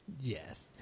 yes